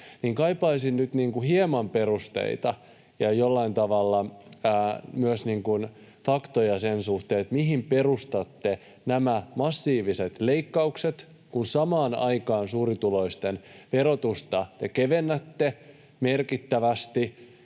kaipaisin niin kuin hieman perusteita ja jollain tavalla myös faktoja sen suhteen, mihin perustatte nämä massiiviset leikkaukset, kun samaan aikaan suurituloisten verotusta te kevennätte merkittävästi